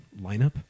lineup